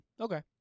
Okay